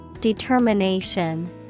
Determination